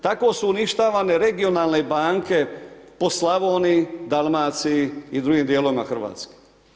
Tako su uništavane regionalne banke po Slavoniji, Dalmaciji i drugim dijelovima Hrvatske.